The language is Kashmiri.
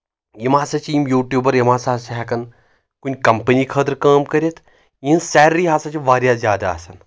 یِم ہسا چھِ یِم یوٗٹیوٗبر یِم ہسا چھِ ہؠکان کُنہِ کَمپنی خٲطرٕ کٲم کٔرِتھ یِہنٛز سیلری ہسا چھِ واریاہ زیادٕ آسان